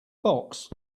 box